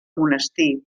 monestir